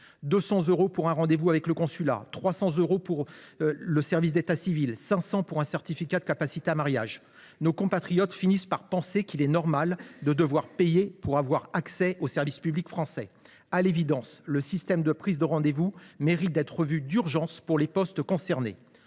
200 euros pour un rendez vous avec le consulat, 300 euros pour le service d’état civil, 500 euros pour un certificat de capacité à mariage… Nos compatriotes finissent par penser qu’il est normal de devoir payer pour avoir accès au service public français. À l’évidence, le système de prise de rendez vous mérite d’être revu d’urgence pour les postes concernés.